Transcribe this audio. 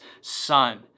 son